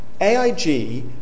AIG